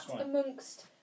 amongst